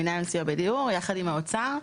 מינהל הסיוע בדיור יחד עם האוצר,